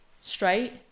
straight